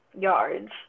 yards